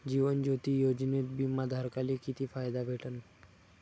जीवन ज्योती योजनेत बिमा धारकाले किती फायदा भेटन?